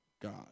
God